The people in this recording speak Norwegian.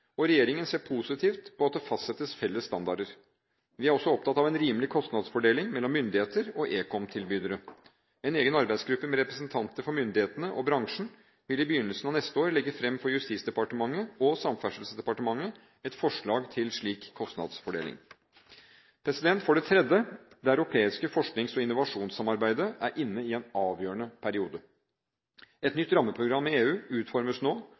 og regjeringen ser positivt på at det fastsettes felles standarder. Vi er også opptatt av en rimelig kostnadsfordeling mellom myndigheter og ekomtilbydere. En egen arbeidsgruppe med representanter for myndighetene og bransjen vil i begynnelsen av neste år legge fram for Justisdepartementet og Samferdselsdepartementet et forslag til slik kostnadsfordeling. For det tredje: Det europeiske forsknings- og innovasjonssamarbeidet er inne i en avgjørende periode. Et nytt rammeprogram i EU utformes nå,